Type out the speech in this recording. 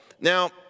Now